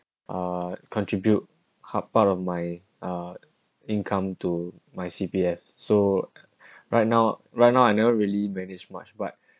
uh contribute half part of my uh income to my C_P_F so right now right now I never really manage much but